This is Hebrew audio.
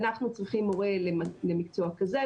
אנחנו צריכים מורה למקצוע כזה,